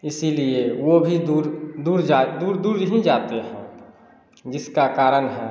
इसीलिए वे भी दूर दूर जा दूर दूर ही जाते हैं जिसका कारण है